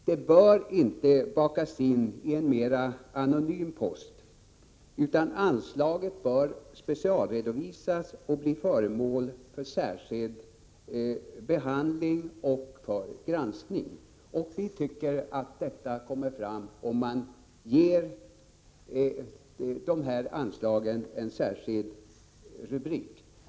Detta anslag bör inte bakas in i en mer anonym post utan det bör specialredovisas och bli föremål för speciell behandling och granskning. Vi tycker att detta bäst kan ske om man ger detta anslag en särskild rubrik.